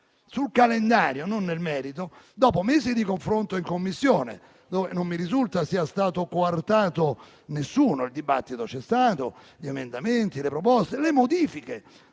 sul calendario, non nel merito, dopo mesi di confronto in Commissione, dove non mi risulta sia stato coartato nessuno. Il dibattito c'è stato, sono stati presentati emendamenti, proposte e modifiche.